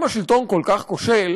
אם השלטון כל כך כושל,